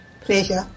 Pleasure